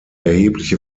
erhebliche